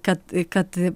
kad kad